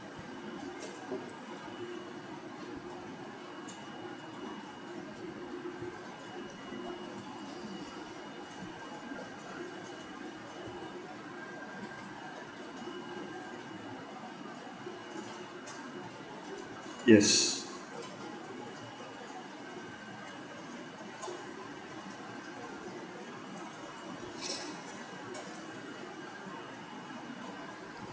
yes